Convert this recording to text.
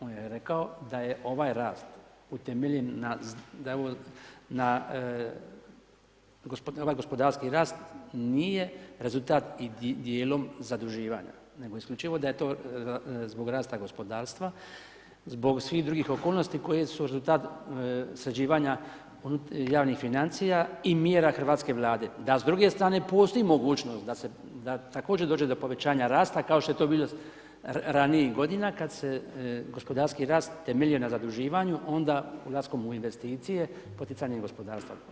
On je rekao da je ovaj rast utemeljen na za da je ovo na ovaj gospodarski rast nije rezultat i dijelom zaduživanja, nego isključivo da je to zbog rasta gospodarstva, zbog svih drugih okolnosti koje su rezultat sređivanja javnih financija i mjera Hrvatske vlade, da s druge strane postoji mogućnost da se da također dođe do povećanja rasta kao što je to bilo ranijih godina kad se gospodarski rast temeljio na zaduživanju onda ulaskom u investicije poticanjem gospodarstva.